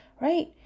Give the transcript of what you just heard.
right